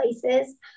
places